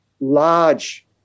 large